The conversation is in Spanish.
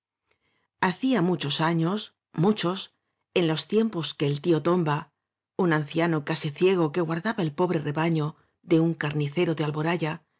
hacía muchos años muchos en los tiem pos que el tío tomba un anciano casi ciego que guardaba el pobre rebaño de un carnicero de alboraya